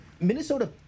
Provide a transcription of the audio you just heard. Minnesota